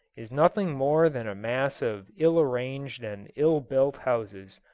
is nothing more than a mass of ill-arranged and ill built houses,